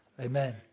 Amen